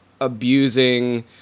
abusing